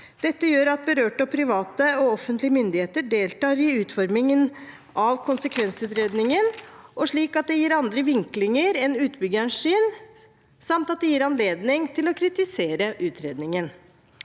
Dette gjør at berørte private og offentlige myndigheter deltar i utformingen av konsekvensutredningen, og slik sett gir andre vinklinger enn utbyggerens syn, samt at det gir anledning til å kritisere utredningen.